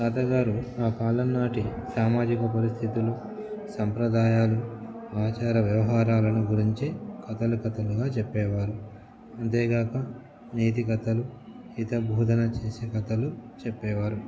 తాతగారు ఆ కాలంనాటి సామాజిక పరిస్థితులు సంప్రదాయాలు ఆచార వ్యవహారాలను గురించి కథలు కథలుగా చెప్పేవారు అంతేగాక నీతి కథలు హిత బోధన చేసే కథలు చెప్పేవారు